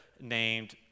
named